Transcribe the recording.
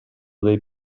dei